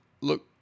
look